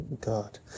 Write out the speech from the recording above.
God